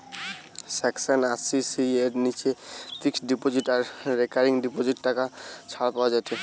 section আশি C এর নিচে ফিক্সড ডিপোজিট আর রেকারিং ডিপোজিটে টাকা ছাড় পাওয়া যায়েটে